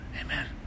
Amen